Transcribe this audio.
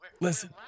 Listen